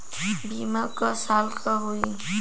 बीमा क साल क होई?